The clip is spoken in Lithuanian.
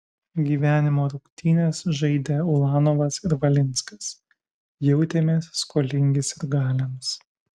gyvenimo rungtynes žaidę ulanovas ir valinskas jautėmės skolingi sirgaliams